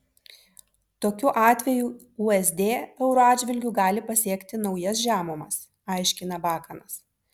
tokiu atveju usd euro atžvilgiu gali pasiekti naujas žemumas aiškina bakanas